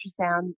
ultrasound